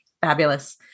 Fabulous